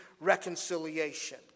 reconciliation